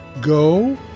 go